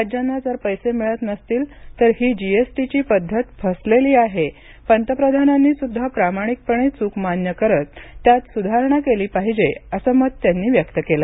राज्यांना जर पैसे मिळत नसतील तर ही जीएसटीची पद्धत फसलेली आहे पंतप्रधानांनी सुद्धा प्रामाणिकपणे चूक मान्य करून त्यात सुधारणा केली पाहिजे असं मत त्यांनी व्यक्त केल